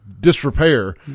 disrepair